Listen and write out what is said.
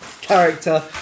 Character